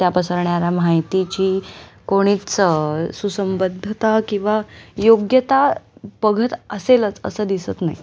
त्या पसरणाऱ्या माहितीची कोणीच सुसंबद्धता किंवा योग्यता बघत असेलच असं दिसत नाही